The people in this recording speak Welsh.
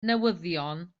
newyddion